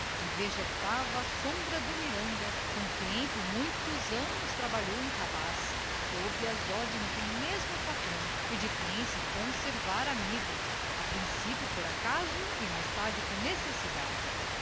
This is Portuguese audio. vegetava à sombra do mirada com quem por muitos anos trabalhou em rapaz sob as ordens do mesmo patrão e de quem se conservara amigo a principio por acaso e mais tarde por necessidade